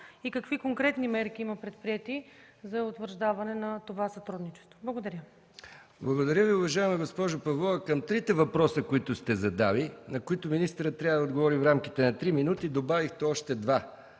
Какви конкретни мерки има предприети за утвърждаване на това сътрудничество? Благодаря. ПРЕДСЕДАТЕЛ МИХАИЛ МИКОВ: Благодаря Ви, уважаема госпожо Павлова. Към трите въпроса, които сте задали, на които министърът трябва да отговори в рамките на три минути, добавихте още два